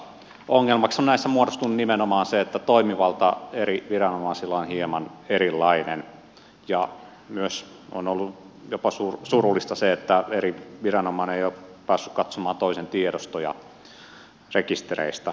ongelmaksi on näissä muodostunut nimenomaan se että toimivalta eri viranomaisilla on hieman erilainen ja myös on ollut jopa surullista se että eri viranomainen ei ole päässyt katsomaan toisen tiedostoja rekistereistä